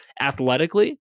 Athletically